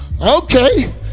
Okay